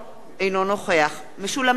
אינו נוכח משולם נהרי,